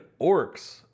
orcs